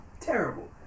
terrible